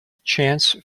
chance